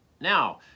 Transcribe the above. now